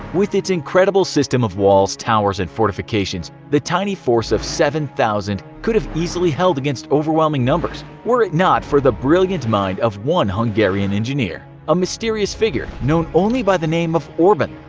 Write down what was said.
with its incredible system of walls, towers, and fortifications, the tiny force of seven thousand could have easily held against overwhelming numbers were it not for the brilliant mind of one hungarian engineer. a mysterious figure known only by the name of orban,